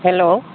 hello